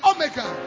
Omega